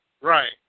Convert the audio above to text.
Right